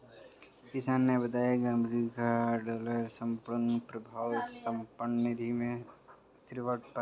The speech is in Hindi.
किशन ने बताया की अमेरिकी डॉलर संपूर्ण प्रभुत्व संपन्न निधि में शीर्ष पर है